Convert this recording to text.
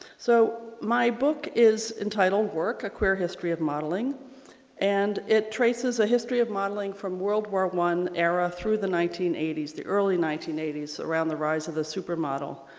so my book is entitled work! a queer history of modeling and it traces a history of modeling from world war one era through the nineteen eighty s, the early nineteen eighty s around the rise of the supermodel.